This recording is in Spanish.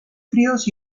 fríos